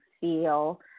feel